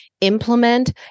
implement